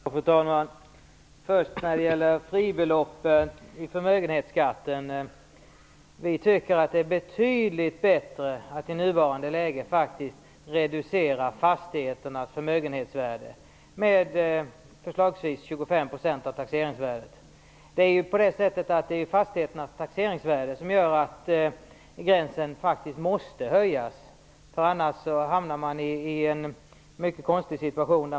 Fru talman! När det gäller fribeloppen i förmögenhetsskatten tycker vi i nuvarande läge att det är betydligt bättre att reducera fastigheternas förmögenhetsvärde med förslagsvis 25 % av taxeringsvärdet. Det är ju fastigheternas taxeringsvärden som gör att gränsen faktiskt måste höjas, annars hamnar man i en mycket konstig situation.